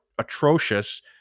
atrocious